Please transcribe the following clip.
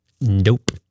Nope